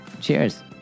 cheers